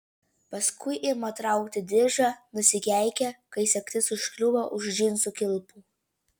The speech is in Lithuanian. paskui ima traukti diržą nusikeikia kai sagtis užkliūva už džinsų kilpų